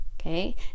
Okay